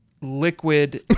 liquid